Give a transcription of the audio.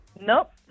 Nope